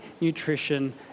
nutrition